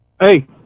Hey